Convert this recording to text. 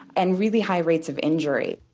and really high rates of injury.